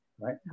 right